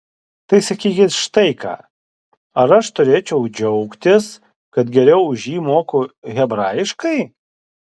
tai sakykit štai ką ar aš turėčiau džiaugtis kad geriau už jį moku hebrajiškai